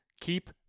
keep